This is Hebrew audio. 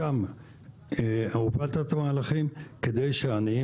לשם הובלת את המהלכים לטובת העניים